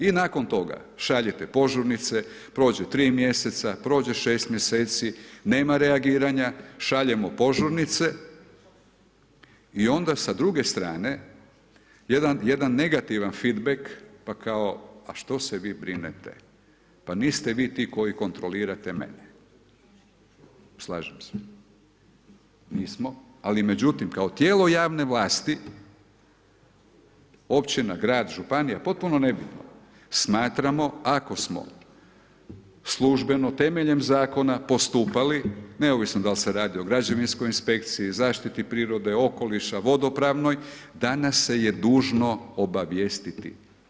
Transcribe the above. I nakon toga šaljete požurnice, prođu 3 mjeseca, prođe 6 mjeseci, nema reagiranja, šaljemo požurnice i onda sa druge strane jedan, jedan negativan fit bek, pa kao a što se vi brinete pa niste vi ti koji kontrolirate mene, slažem se, nismo, ali međutim kao tijelo javne vlasti općina, grad, županija potpuno nebitno smatramo ako smo službeno temeljem zakona postupali, neovisno da li se radi o građevinskoj inspekciji, zaštiti prirode, okoliša, vodopravnoj da nas se je dužno obavijestiti.